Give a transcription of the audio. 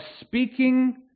speaking